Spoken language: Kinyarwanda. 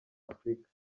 afurika